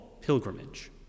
pilgrimage